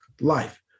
life